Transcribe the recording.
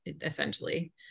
essentially